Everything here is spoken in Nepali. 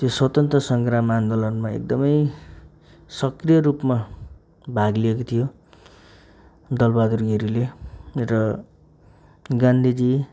त्यो स्वतन्त्र सङ्ग्राम आन्दोलनमा एकदमै सक्रिय रूपमा भाग लिएको थियो दल बहादुर गिरीले र गान्धीजी